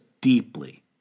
deeply